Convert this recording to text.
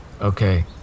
Okay